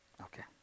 Okay